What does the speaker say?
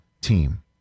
team